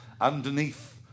underneath